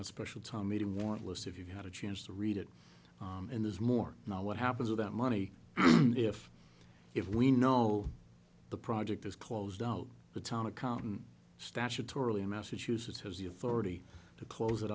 that special time meeting want list if you had a chance to read it and there's more now what happens with that money if if we know the project is closed out the town accountant statutorily massachusetts has the authority to close it